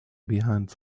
behind